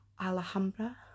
Alhambra